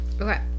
Okay